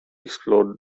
explore